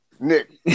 Nick